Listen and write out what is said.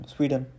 Sweden